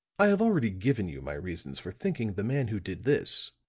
i have already given you my reasons for thinking the man who did this,